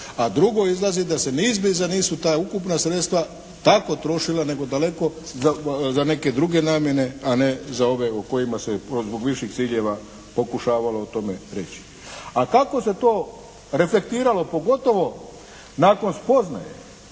a drugo izlazi da se nisu ta ukupna sredstva tako trošila nego daleko za neke druge namjene, a ne za ove o kojima se zbog viših ciljeva pokušavalo o tome reći. A kako se to reflektiralo pogotovo nakon spoznaje